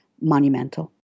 monumental